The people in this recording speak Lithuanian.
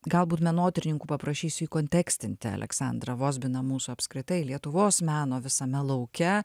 galbūt menotyrininkų paprašysiu įkontekstinti aleksandrą vozbiną mūsų apskritai lietuvos meno visame lauke